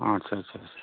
আচ্ছা আচ্ছা আচ্ছা